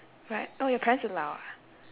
but oh your parents allow ah